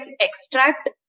extract